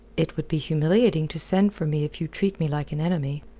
it would be humiliating to send for me if you treat me like an enemy.